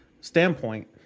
standpoint